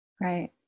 right